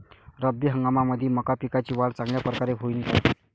रब्बी हंगामामंदी मका पिकाची वाढ चांगल्या परकारे होईन का?